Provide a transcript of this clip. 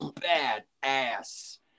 bad-ass